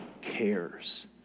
cares